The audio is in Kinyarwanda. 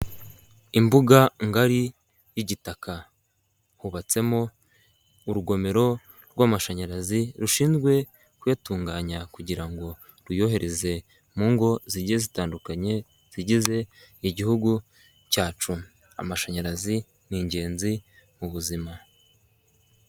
Imbuga ngari y'igitaka, hubatsemo urugomero rw'amashanyarazi, rushinzwe kuyatunganya kugira ngo ruyohereze mu ngo zijye zitandukanye, zigize igihugu cyacu, amashanyarazi ni ingenzi mu buzima.